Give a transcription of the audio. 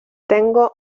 tengo